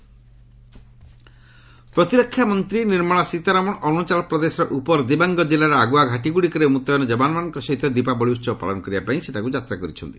ସୀତାରମଣ ଅର୍ରଣାଚଳ ପ୍ରତିରକ୍ଷା ମନ୍ତ୍ରୀ ନିର୍ମଳା ସୀତାରମଣ ଅରୁଣାଚଳ ପ୍ରଦେଶର ଉପର ଦିବାଙ୍ଗ ଜିଲ୍ଲାର ଆଗୁଆ ଘାଟିଗୁଡ଼ିକରେ ମୂତୟନ ଯବାନମାନଙ୍କ ସହିତ ଦୀପାବଳି ଉହବ ପାଳନ କରିବାପାଇଁ ସେଠାକୁ ଯାତ୍ରା କରିଛନ୍ତି